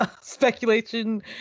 speculation